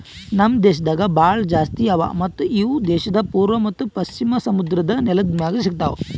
ನಮ್ ದೇಶದಾಗ್ ಭಾಳ ಜಾಸ್ತಿ ಅವಾ ಮತ್ತ ಇವು ದೇಶದ್ ಪೂರ್ವ ಮತ್ತ ಪಶ್ಚಿಮ ಸಮುದ್ರದ್ ನೆಲದ್ ಮ್ಯಾಗ್ ಸಿಗತಾವ್